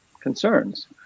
concerns